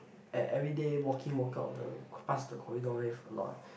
at every day walk in walk out the past the corridor wave a lot